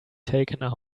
taken